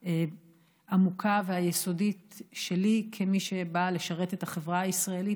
העמוקה והיסודית שלי כמי שבאה לשרת את החברה הישראלית